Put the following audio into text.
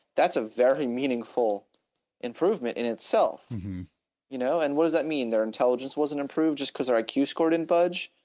that's a very meaningful improvement in itself you know, and what does that mean, their intelligence wasn't improved just because like iq scored in budge,